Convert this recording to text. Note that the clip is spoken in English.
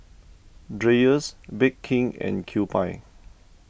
Dreyers Bake King and Kewpie